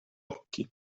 occhi